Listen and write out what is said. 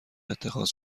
اتخاذ